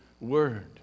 Word